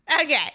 Okay